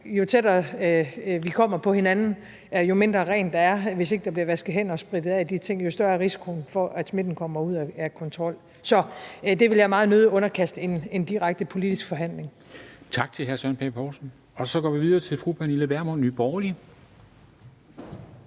jo tættere vi kommer på hinanden, og jo mindre rent der er, altså hvis der ikke bliver vasket hænder, sprittet af og de ting, jo større er risikoen for, at smitten kommer ud af kontrol. Så det vil jeg meget nødig underkaste en direkte politisk forhandling. Kl. 13:56 Formanden (Henrik Dam Kristensen): Tak til hr. Søren Pape Poulsen. Så går vi videre til fru Pernille Vermund, Nye Borgerlige.